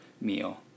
meal